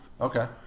Okay